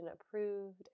approved